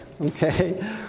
okay